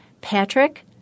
Patrick